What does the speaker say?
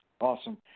Awesome